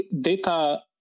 data